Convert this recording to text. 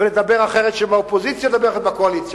ולדבר אחרת כשהם באופוזיציה ולדבר אחרת בקואליציה.